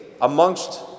amongst